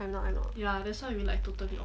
I'm not I'm not